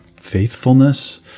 faithfulness